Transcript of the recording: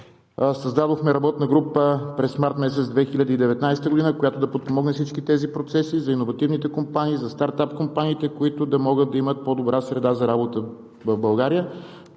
Създадохме работна група през март месец 2019 г., която да подпомогне всички тези процеси за иновативните компании, за стартъп компаниите, които да могат да имат по-добра среда за работа в България.